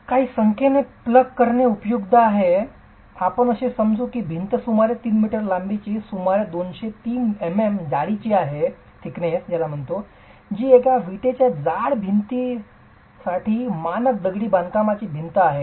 काही संख्येने करणे उपयुक्त आहे आपण असे समजू की भिंत सुमारे 3 m लांबीची आणि सुमारे 230mm जाडी आहे जी एका वीटच्या जाड भिंतीसाठी मानक दगडी बांधकामाची भिंत जाडी आहे